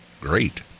Great